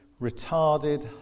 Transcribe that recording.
retarded